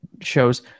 shows